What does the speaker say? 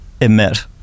emit